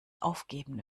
aufgeben